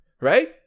right